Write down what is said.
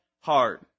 hard